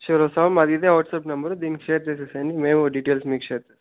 సరే సార్ మాది ఇదే వాట్సాప్ నెంబర్ దీనికి షేర్ చేసేయ్యండి మేము డీటైల్స్ మీకు షేర్ చేస్తాం